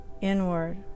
inward